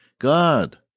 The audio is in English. God